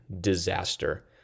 disaster